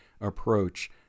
approach